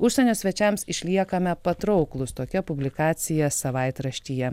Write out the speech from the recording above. užsienio svečiams išliekame patrauklūs tokia publikacija savaitraštyje